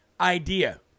idea